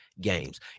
games